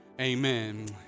amen